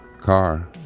car